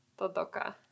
Todoka